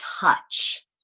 touch